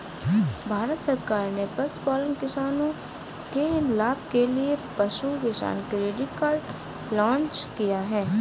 भारत सरकार ने पशुपालन किसानों के लाभ के लिए पशु किसान क्रेडिट कार्ड लॉन्च किया